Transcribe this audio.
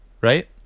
Right